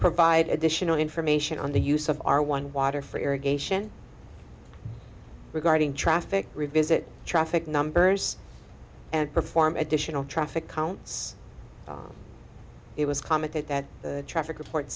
provide additional information on the use of our one water for irrigation regarding traffic revisit traffic numbers and perform additional traffic counts it was commented that the traffic report